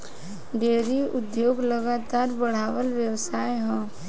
dairy उद्योग लगातार बड़ेवाला व्यवसाय ह